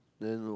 then no